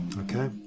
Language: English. okay